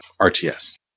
RTS